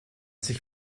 sich